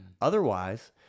otherwise